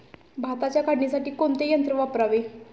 भाताच्या काढणीसाठी कोणते यंत्र वापरावे?